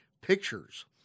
pictures